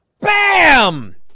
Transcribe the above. BAM